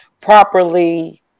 properly